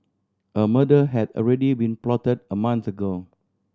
a murder had already been plotted a month ago